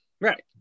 right